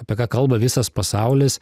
apie ką kalba visas pasaulis